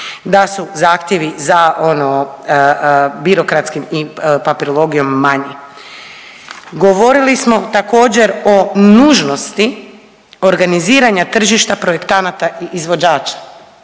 da su zahtjevi za birokratskom papirologijom manji. Govorili smo također o nužnosti organiziranja tržišta projektanata i izvođača.